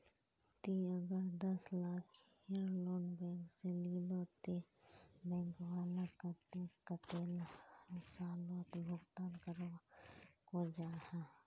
ती अगर दस लाखेर लोन बैंक से लिलो ते बैंक वाला कतेक कतेला सालोत भुगतान करवा को जाहा?